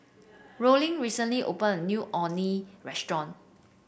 Rollin recently opened a new Orh Nee Restaurant